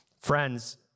Friends